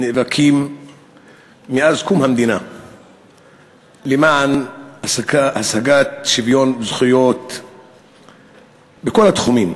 נאבקים מאז קום המדינה למען השגת שוויון זכויות בכל התחומים,